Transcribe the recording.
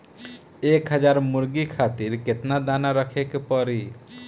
एक हज़ार मुर्गी खातिर केतना दाना रखे के पड़ी?